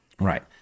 right